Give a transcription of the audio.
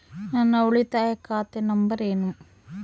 ನನ್ನ ಉಳಿತಾಯ ಖಾತೆ ನಂಬರ್ ಏನು?